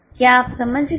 क्या आप समझ गए